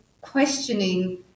questioning